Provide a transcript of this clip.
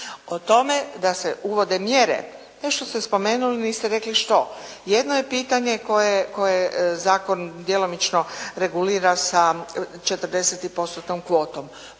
O tome da se uvode mjere, to što ste spomenuli niste rekli što. Jedno je pitanje koje zakon djelomično regulira sa 40%-tnom kvotom.